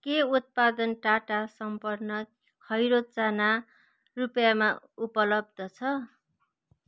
के उत्पादन टाटा सम्पन्न खैरो चना रुपियाँमा उपलब्ध छ